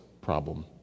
problem